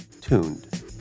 tuned